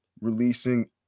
releasing